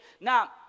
Now